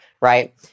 right